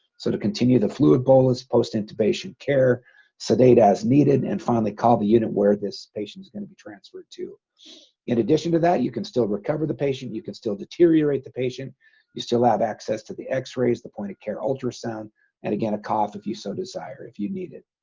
so to continue the fluid bolus post intubation care sedate as needed and finally call the unit where this patient is going to be transferred to in addition to that you can still recover the patient. you can still deteriorate the patient you still have access to the x-rays the point of care ultrasound and again a cough if you so desire if you need it